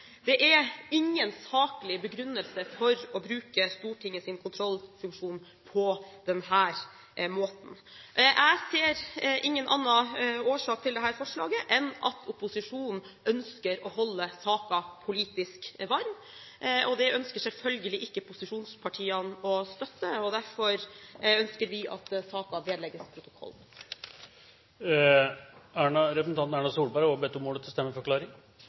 Det er ingen saklig begrunnelse for å bruke Stortingets kontrollfunksjon på denne måten. Jeg ser ingen annen årsak til dette forslaget enn at opposisjonen ønsker å holde saken politisk varm. Det ønsker selvfølgelig ikke posisjonspartiene å støtte, og derfor ønsker vi at saken vedlegges protokollen. Representanten Erna Solberg har også bedt om ordet til stemmeforklaring.